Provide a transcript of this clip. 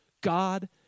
God